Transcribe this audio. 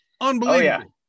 Unbelievable